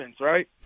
right